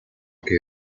que